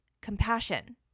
compassion